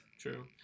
true